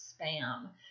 spam